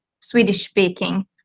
Swedish-speaking